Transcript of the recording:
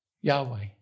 Yahweh